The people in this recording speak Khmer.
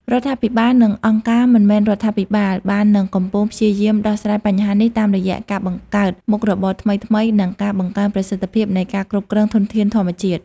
រដ្ឋាភិបាលនិងអង្គការមិនមែនរដ្ឋាភិបាលបាននិងកំពុងព្យាយាមដោះស្រាយបញ្ហានេះតាមរយៈការបង្កើតមុខរបរថ្មីៗ និងការបង្កើនប្រសិទ្ធភាពនៃការគ្រប់គ្រងធនធានធម្មជាតិ។